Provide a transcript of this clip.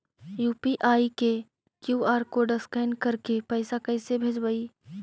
UPI के QR code scan करके पैसा कैसे भेजबइ?